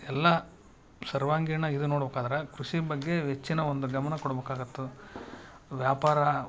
ಎಲ್ಲಾ ಸರ್ವಾಂಗಿಣ ಇದು ನೋಡ್ಬೇಕಾದರ ಕೃಷಿ ಬಗ್ಗೆ ಹೆಚ್ಚಿನ ಒಂದು ಗಮನ ಕೊಡಬೇಕಾಗತ್ತು ವ್ಯಾಪಾರ